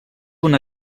una